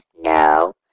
No